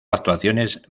actuaciones